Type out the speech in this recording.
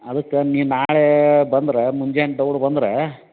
ಅದಕ್ಕೆ ನೀನು ನಾಳೆ ಬಂದ್ರೆ ಮುಂಜಾನೆ ದೌಡು ಬಂದ್ರೆ